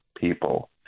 people